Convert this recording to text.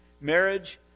marriage